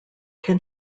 can